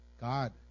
God